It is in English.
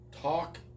talk